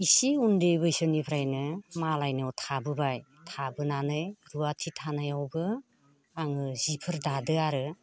इसे उन्दै बैसोनिफ्रायनो मालायनियाव थाबोबाय थाबोनानै रुवाथि थानायावबो आङो जिफोर दादों आरो